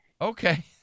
Okay